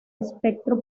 espectro